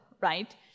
right